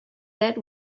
that